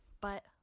But